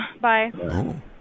Bye